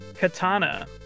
Katana